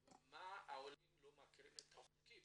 העולים לא מכירים את החוקים